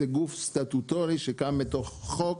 זה גוף סטטוטורי שקם בתוך חוק,